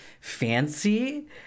fancy